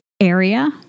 area